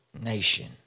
nation